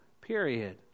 period